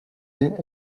est